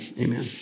Amen